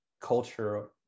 culture